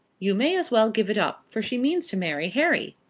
you may as well give it up, for she means to marry harry.